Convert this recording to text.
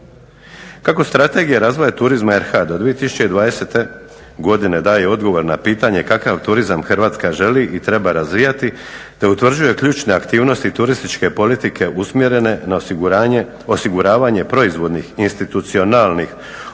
Kako strategija razvoja turizma RH do 2020. godine daje odgovor na pitanje kakav turizam Hrvatska želi i treba razvijati te utvrđuje ključne aktivnosti turističke politike usmjerene na osiguravanje proizvodnih institucionalnih